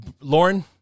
Lauren